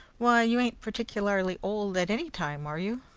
why, you an't particularly old at any time, are you?